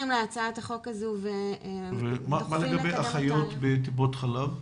להצעת החוק הזה ודוחפים ל --- מה לגבי אחיות בטיפות חלב?